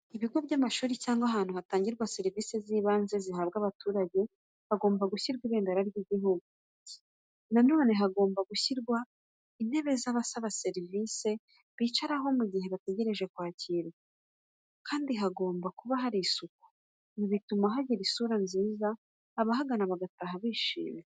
Ibigo by'amashuri cyangwa ahantu hatangirwa serivise zibanze zihabwa abaturage, hagomba gushyirwa ibendera ry'igihugu. Na none hagomba gushyirwa intebe abasaba serivice bicaraho mu gihe bategereje kwakirwa, kandi hagomba kuba hari isuku. Ibi bituma hagira isura nziza, abahagana bagataha bishimye.